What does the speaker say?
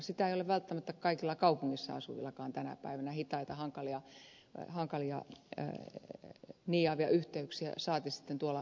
sitä ei ole välttämättä kaikilla kaupungissakaan asuvilla tänä päivänä on hitaita hankalia niiaavia yhteyksiä saati sitten tuolla maaseudulla